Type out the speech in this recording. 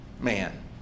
man